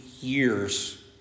years